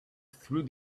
through